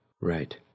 right